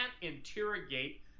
interrogate